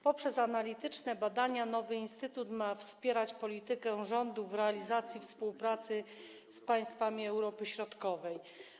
Poprzez analityczne badania nowy instytut ma wspierać politykę rządu w zakresie realizacji współpracy z państwami Europy Środkowej.